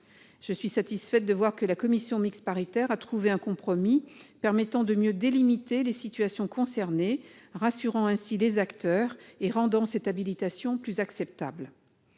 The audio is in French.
avec satisfaction que la commission mixte paritaire a trouvé un compromis permettant de mieux délimiter les situations concernées, rassurant ainsi les acteurs et rendant cette habilitation plus acceptable.